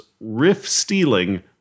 riff-stealing